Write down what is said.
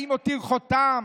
האם הותיר חותם?